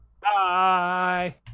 Bye